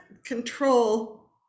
control